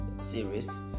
series